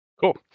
Cool